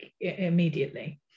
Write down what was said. immediately